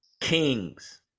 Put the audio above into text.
Kings